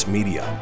Media